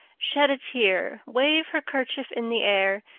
shed a tear, wave her kerchief in the air,